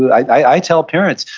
i tell parents,